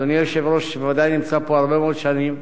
אדוני היושב-ראש בוודאי נמצא פה הרבה מאוד שנים,